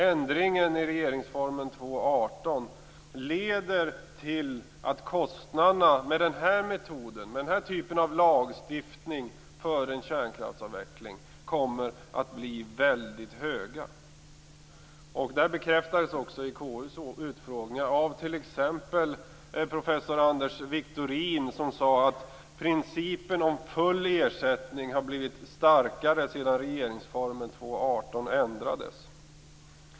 Ändringen i 2 kap. 18 § regeringsformen leder till att kostnaderna med den här typen av lagstiftning för en kärnkraftsavveckling kommer att bli väldigt höga. Detta bekräftades också vid KU:s utfrågning av t.ex. professor Anders Victorin, som sade att principen om full ersättning har blivit starkare sedan regeringsformen 2:18 ändrades.